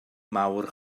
mawr